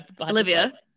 Olivia